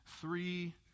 three